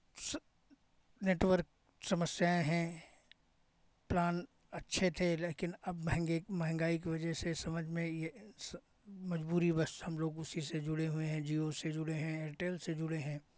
स नेटवर्क समस्याएँ हैं प्लान अच्छे थे लेकिन अब महंगे महंगाई की वजह से समझ में ये स मज़बूरी वश हम लोग उसी से जुड़े हुए हैं जिओ से जुड़े हैं एयरटेल से जुड़े हैं